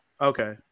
Okay